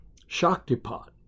Shaktipat